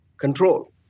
control